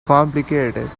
complicated